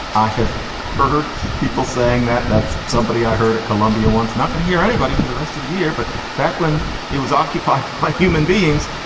i have heard people saying that that's somebody i heard at columbia once. not going to hear anybody for the rest of the year. but back when it was occupied by human beings,